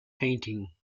painting